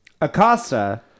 Acosta